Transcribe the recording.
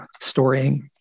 storying